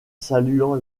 saluant